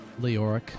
Leoric